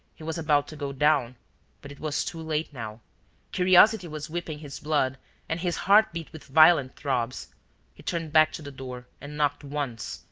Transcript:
he was about to go down but it was too late now curiosity was whipping his blood and his heart beat with violent throbs he turned back to the door, and knocked once,